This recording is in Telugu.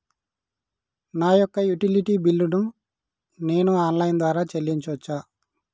నా యొక్క యుటిలిటీ బిల్లు ను నేను ఆన్ లైన్ ద్వారా చెల్లించొచ్చా?